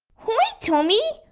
hi tommy!